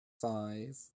five